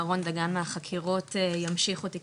אהרון דגן מהחקירות ימשיך אותי,